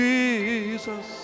Jesus